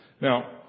Now